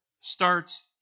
starts